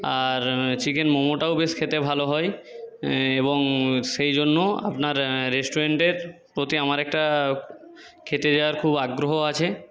আর chicken মোমোটাও বেশ খেতে ভালো হয় এবং সেই জন্য আপনার রেস্টুরেন্টের প্রতি আমার একটা খেতে যাওয়ার খুব আগ্রহ আছে